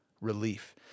relief